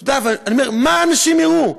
אתה יודע, ואני אומר: מה אנשים יראו?